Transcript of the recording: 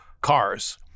cars